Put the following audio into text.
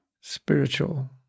spiritual